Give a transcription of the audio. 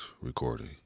recording